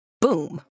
Boom